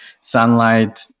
sunlight